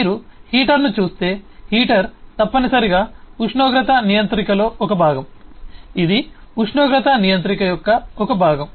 మీరు హీటర్ను చూస్తే హీటర్ తప్పనిసరిగా ఉష్ణోగ్రత నియంత్రికలో ఒక భాగం ఇది ఉష్ణోగ్రత నియంత్రిక యొక్క ఒక భాగం